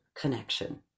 connection